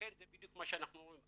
לכן זה בדיוק מה שאנחנו אומרים,